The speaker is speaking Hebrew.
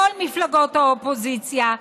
בכל מפלגות האופוזיציה,